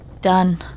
Done